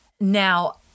Now